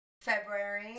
February